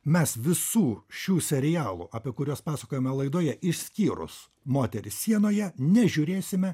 mes visų šių serialų apie kuriuos pasakojome laidoje išskyrus moteris sienoje nežiūrėsime